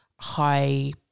high